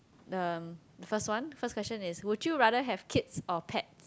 um the first one first question is would you rather have kids or pets